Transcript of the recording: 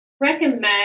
recommend